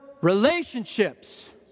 relationships